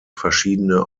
verschiedene